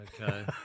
okay